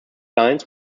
lines